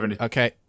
Okay